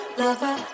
lover